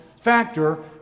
factor